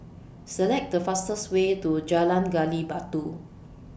Select The fastest Way to Jalan Gali Batu